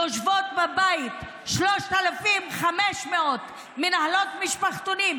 יושבות בבית 3,500 מנהלות משפחתונים,